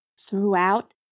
Throughout